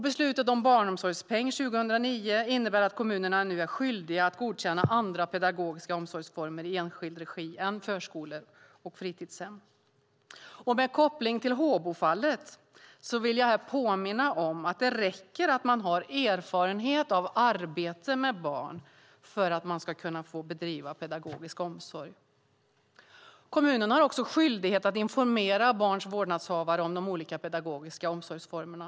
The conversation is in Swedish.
Beslutet om barnomsorgspeng 2009 innebär att kommunerna nu är skyldiga att godkänna andra pedagogiska omsorgsformer i enskild regi än förskolor och fritidshem. Med koppling till Håbofallet vill jag här påminna om att det räcker att man har erfarenhet av arbete med barn för att man ska få bedriva pedagogisk omsorg. Kommunen har också skyldighet att informera barns vårdnadshavare om de olika pedagogiska omsorgsformerna.